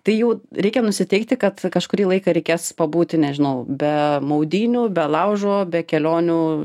tai jau reikia nusiteikti kad kažkurį laiką reikės pabūti nežinau be maudynių be laužo be kelionių